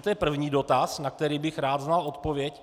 To je první dotaz, na který bych rád znal odpověď.